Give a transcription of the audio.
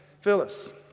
Phyllis